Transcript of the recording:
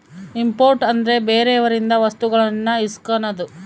import ಅಂದ್ರೆ ಬೇರೆಯವರಿಂದ ವಸ್ತುಗಳನ್ನು ಇಸ್ಕನದು